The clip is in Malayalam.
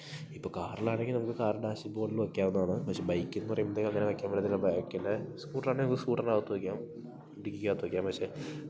ഇപ്പോൾ കാറിലാണെങ്കിൽ നമുക്ക് കാറിന്റെ ഡാഷ്ബോഡിൽ വെക്കാവുന്നത് ആണ് പക്ഷേ ബൈക്കെന്ന് പറയുമ്പോഴത്തേക്ക് അങ്ങനെ വെക്കാന് പറ്റത്തില്ല ബൈക്കിന്റെ സ്കൂട്ടറാണേൽ നമുക്ക് സ്കൂട്ടറിനകത്ത് വെക്കാം ഡിക്കിക്കകത്ത് വെക്കാം പക്ഷേ